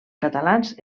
catalans